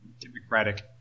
democratic